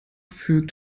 fügt